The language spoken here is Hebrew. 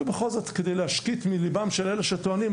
ובכל זאת כדי להשקיט מליבם של אלה שטוענים,